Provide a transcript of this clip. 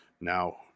Now